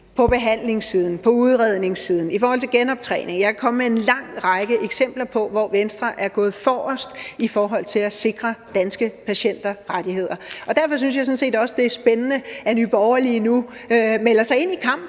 på behandlingssiden, på udredningssiden, i forhold til genoptræning. Jeg kan komme med en lang række eksempler på, hvor Venstre er gået forrest for at sikre danske patienter rettigheder. Derfor synes jeg sådan set også, det er spændende, at Nye Borgerlige nu melder sig ind i kampen